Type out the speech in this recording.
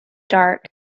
dark